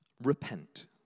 repent